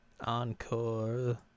Encore